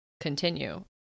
continue